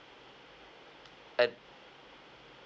and